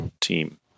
team